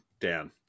Dan